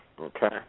Okay